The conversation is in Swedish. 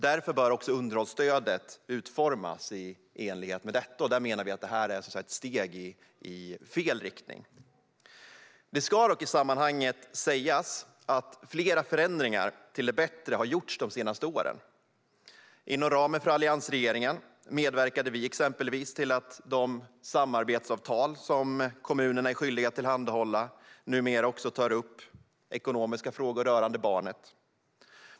Därför bör också underhållsstödet utformas i enlighet med detta. Vi menar att det här är ett steg i fel riktning. Det ska dock i sammanhanget sägas att flera förändringar till det bättre har gjorts under de senaste åren. Inom ramen för alliansregeringen medverkade vi exempelvis till att de samarbetssamtal som kommunerna är skyldiga att tillhandahålla numera även tar upp ekonomiska frågor rörande barnet.